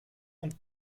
und